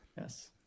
yes